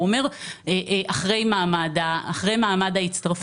הוא אומר, אחרי מעמד ההצטרפות.